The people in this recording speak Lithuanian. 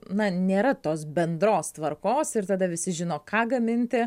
na nėra tos bendros tvarkos ir tada visi žino ką gaminti